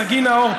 סגי נהור,